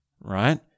right